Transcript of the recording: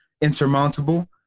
insurmountable